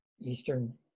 eastern